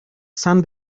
sun